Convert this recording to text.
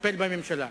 נטפל בממשלה.